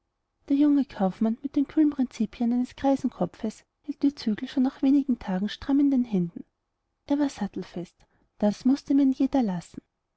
der junge kaufmann mit den kühlen prinzipien eines greisen kopfes hielt die zügel schon nach wenig tagen stramm in den händen und er war sattelfest das mußte ihm ein jeder lassen